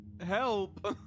Help